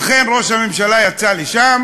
אכן, ראש הממשלה יצא לשם